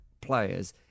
players